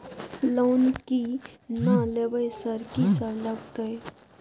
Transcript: Loan की ना लेबय सर कि सब लगतै?